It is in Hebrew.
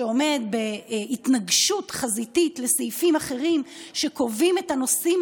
שעומד בהתנגשות חזיתית עם סעיפים אחרים שקובעים את הנושאים